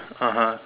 (uh huh)